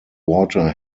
water